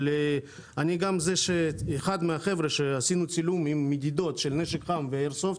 וגם אחד מהחבר'ה שעשינו צילום עם מדידות של נשק חם ואיירסופט,